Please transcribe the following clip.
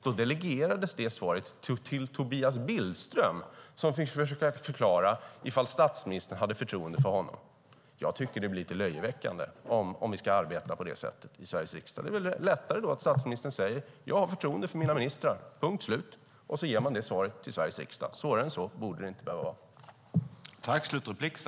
Då delegerades svaret till Tobias Billström, som fick försöka svara på om statsministern hade förtroende för honom. Jag tycker att det blir lite löjeväckande om vi ska arbeta på det sättet i Sveriges riksdag. Då är det väl lättare att statsministern säger: Jag har förtroende för mina ministrar, punkt slut, och ger det svaret till Sveriges riksdag. Svårare än så borde det inte behöva vara.